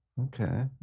Okay